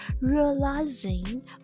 realizing